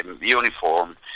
uniform